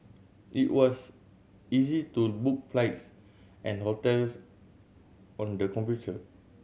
it was easy to book flights and hotels on the computer